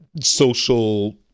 social